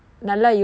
mm